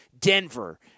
Denver